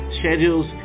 schedules